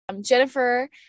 Jennifer